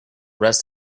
rest